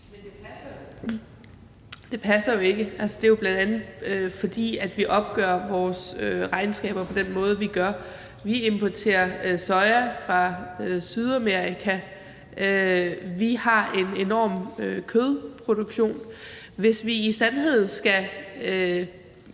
Det passer jo ikke. Det er, bl.a. fordi vi opgør vores regnskaber på den måde, vi gør. Vi importerer soja fra Sydamerika. Vi har en enorm kødproduktion. Hvis vi i sandhed skal